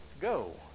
Go